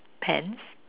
pants